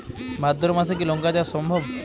ভাদ্র মাসে কি লঙ্কা চাষ সম্ভব?